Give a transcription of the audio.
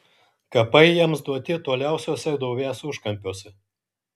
kapai jiems duoti toliausiuose duobės užkampiuose